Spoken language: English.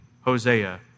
Hosea